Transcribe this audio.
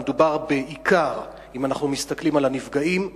אם אנחנו מסתכלים על הנפגעים,